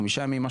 חמישה ימים,